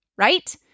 right